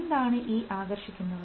എന്താണ് ഈ ആകർഷിക്കുന്നവർ